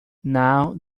now